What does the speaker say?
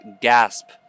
gasp